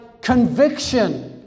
conviction